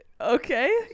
Okay